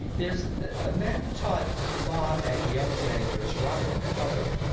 there's a man who taught law at yale for many years, robert cover.